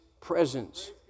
presence